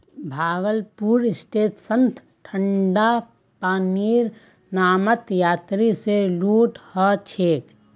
भागलपुर स्टेशनत ठंडा पानीर नामत यात्रि स लूट ह छेक